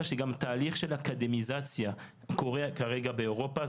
שגם תהליך של אקדמיזציה קורה כרגע באירופה,